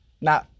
Now